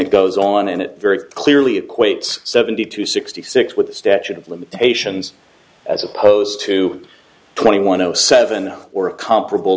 it goes on and it very clearly equates seventy two sixty six with the statute of limitations as opposed to twenty one zero seven or a comparable